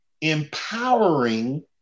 empowering